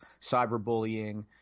cyberbullying